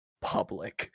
public